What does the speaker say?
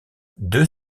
deux